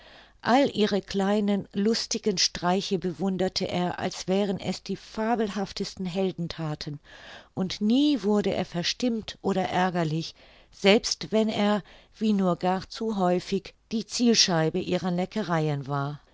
all ihre kleinen lustigen streiche bewunderte er als wären es die fabelhaftesten heldenthaten und nie wurde er verstimmt oder ärgerlich selbst wenn er wie nur gar zu häufig die zielscheibe ihrer neckereien war